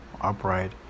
upright